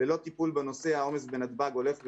ללא טיפול בנושא, העומס בנתב"ג הולך וגובר.